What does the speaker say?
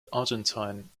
argentine